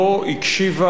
לא שמעה,